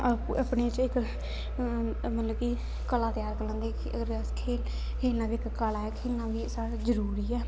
आपूं अपने च इक मतलब कि कला त्यार करी लैंदे कि अगर अस खेल खेलना बी इक कला ऐ खेलना बी साढ़ा जरूरी ऐ